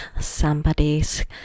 somebody's